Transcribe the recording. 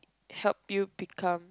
help you become